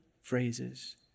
phrases